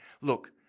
look